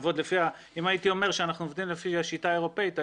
אם הייתי אומר שאנחנו עובדים לפי השיטה האירופאית,